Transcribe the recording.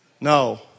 No